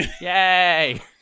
yay